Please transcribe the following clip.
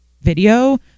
video